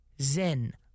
Zen